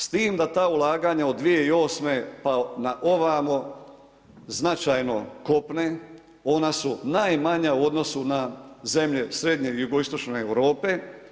S tim da ta ulaganja od 2008. pa na ovamo, značajno kopne, ona su najmanja u odnosu na zemlje, srednje i jugoistočne Europe.